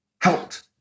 helped